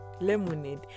lemonade